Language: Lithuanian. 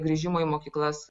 grįžimo į mokyklas